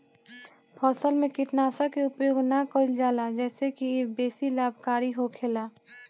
फसल में कीटनाशक के उपयोग ना कईल जाला जेसे की इ बेसी लाभकारी होखेला